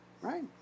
right